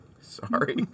Sorry